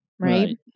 Right